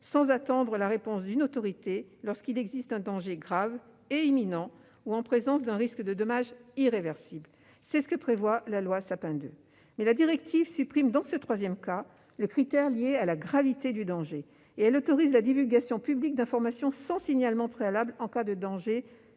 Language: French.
sans attendre la réponse d'une autorité, lorsqu'il existe un danger grave et imminent, ou en présence d'un risque de dommages irréversibles. C'est ce que prévoit la loi Sapin II. Mais la directive supprime, dans ce troisième cas, le critère lié à la gravité du danger, et elle autorise la divulgation publique d'informations sans signalement préalable en cas de danger soit